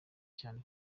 cyane